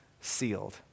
sealed